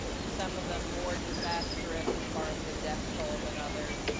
some of them more disastrous as far as the death toll than others.